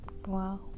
wow